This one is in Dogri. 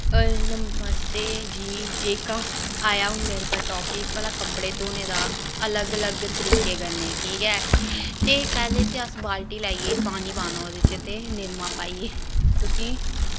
नमस्ते जी जेह्का आया हून मेरे पर टापिक भला कपड़े धोने दा अलग अलग तरीके कन्ने ठीक ऐ ते पैह्ले ते अस बाल्टी लेइयै पानी पाना ओह्दे च ते निरमा पाइयै उस्सी